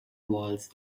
walls